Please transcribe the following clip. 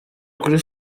kuri